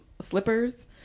slippers